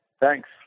thanks